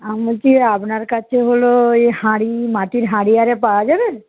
আমি বলছি আপনার কাছে হলো এই হাড়ি মাটির হাড়ি আরে পাওয়া যাবে